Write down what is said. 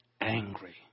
angry